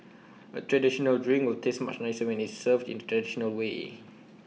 A traditional drink will taste much nicer when IT is served in the traditional way